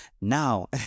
Now